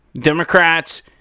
Democrats